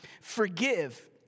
Forgive